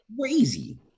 crazy